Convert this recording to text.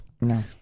No